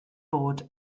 bod